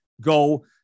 Go